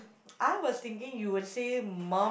I was thinking you will say mum